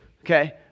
Okay